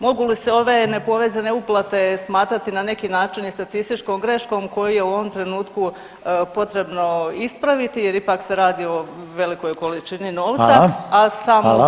Mogu li se ove nepovezane uplate smatrati na neki način i statističkom greškom koju je u ovom trenutku potrebno ispraviti jer ipak se radi o velikoj količini novca [[Upadica: Hvala.]] a sam obrazac je